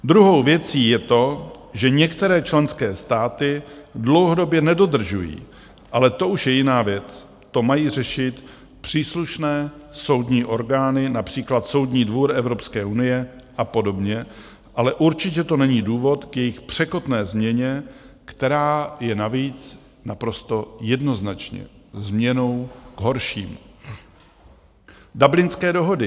Druhou věcí je to, že některé členské státy je dlouhodobě nedodržují, ale to už je jiná věc, to mají řešit příslušné soudní orgány, například Soudní dvůr Evropské unie a podobně, ale určitě to není důvod k jejich překotné změně, která je navíc naprosto jednoznačně změnou k horšímu.